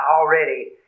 already